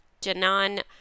Janan